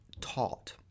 taught